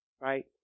Right